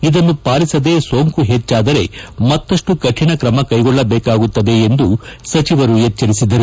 ಇದನ್ನು ಪಾಲಿಸದೆ ಸೋಂಕು ಹೆಚ್ಚಾದರೆ ಮತ್ತಷ್ಟು ಕಠಿಣ ಕ್ರಮ ಕೈಗೊಳ್ಳಬೇಕಾಗುತ್ತದೆ ಎಂದು ಸಚಿವರು ಎಚ್ಚರಿಸಿದರು